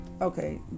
Okay